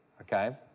okay